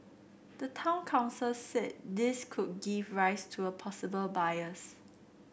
the town council said this could give rise to a possible bias